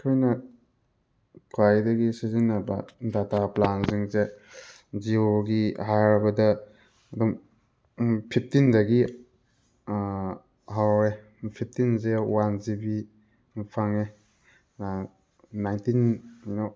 ꯑꯩꯈꯣꯏꯅ ꯈ꯭ꯋꯥꯏꯗꯒꯤ ꯁꯤꯖꯤꯟꯅꯕ ꯗꯥꯇꯥ ꯄ꯭ꯂꯥꯟꯁꯤꯡꯁꯦ ꯖꯤꯌꯣꯒꯤ ꯍꯥꯏꯔꯕꯗ ꯑꯗꯨꯝ ꯐꯤꯐꯇꯤꯟꯗꯒꯤ ꯍꯧꯔꯦ ꯐꯤꯐꯇꯤꯟꯁꯦ ꯋꯥꯟ ꯖꯤꯕꯤ ꯃꯨꯛ ꯐꯪꯉꯦ ꯅꯥꯏꯟꯇꯤꯟ